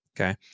okay